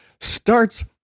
starts